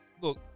Look